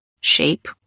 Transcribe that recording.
shape